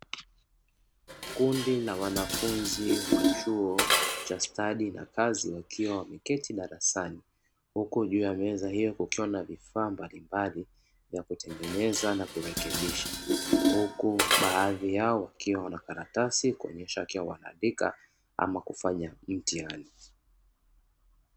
Kundi la wanafunzi wa chuo cha stadi na kazi, wakiwa wameketi darasani huku juu ya meza hiyo kukiwa na vifaa mbalimbali ya kutengeneza na kurekebisha huku baadhi yao wakiwa wana karatasi kuonyesha wakiwa wanaandika ama kufanya mtihani.